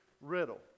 riddle